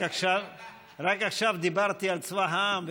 רק עכשיו דיברתי על צבא העם,